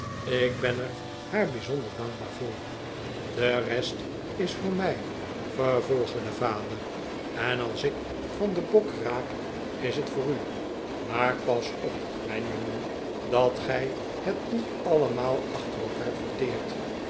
ik ben er haar bijzonder dankbaar voor de rest is voor mij vervolgde de vader en als ik van den bok raak is het voor u maar pas op mijn jongen dat gij het niet allemaal achter elkaar verteert